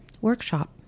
workshop